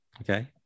Okay